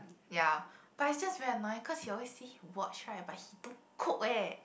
ya but it's just very annoying cause you always see he watch right but he don't cook eh